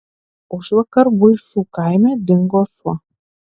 užvakar buišų kaime dingo šuo